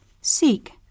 Seek